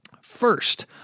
First